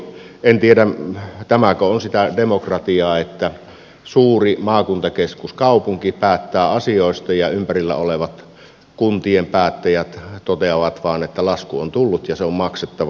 en tiedä tämäkö on sitä demokratiaa että suuri maakuntakeskuskaupunki päättää asioista ja ympärillä olevien kuntien päättäjät toteavat vain että lasku on tullut ja se on maksettava